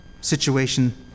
situation